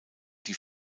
die